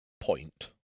point